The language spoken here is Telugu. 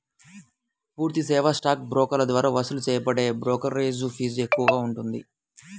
పూర్తి సేవా స్టాక్ బ్రోకర్ల ద్వారా వసూలు చేయబడే బ్రోకరేజీ ఫీజు ఎక్కువగా ఉంటుంది